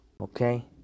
okay